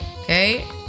okay